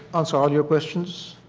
answer your questions.